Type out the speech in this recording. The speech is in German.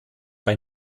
bei